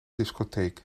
discotheek